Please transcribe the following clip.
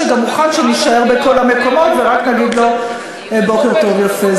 שיהיה מוכן שנישאר בכל המקומות ורק נגיד לו בוקר טוב יפה.